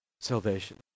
salvation